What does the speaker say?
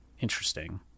interesting